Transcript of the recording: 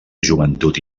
joventut